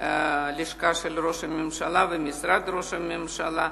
לשכת ראש הממשלה ומשרד ראש הממשלה.